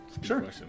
Sure